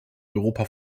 europa